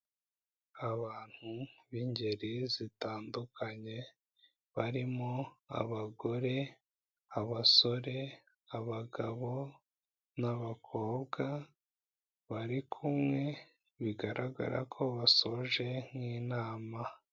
Abantu b'ingeri zitandukanye barimo abagore, abasore, abagabo n'abakobwa bari kumwe, bigaragara ko basoje nk'inama.